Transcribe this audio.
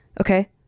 Okay